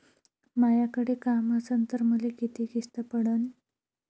मायाकडे काम असन तर मले किती किस्त पडन?